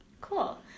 Cool